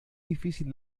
difícil